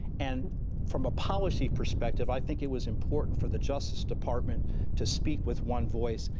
and from a policy perspective, i think it was important for the justice department to speak with one voice.